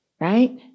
right